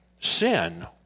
sin